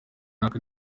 runaka